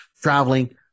traveling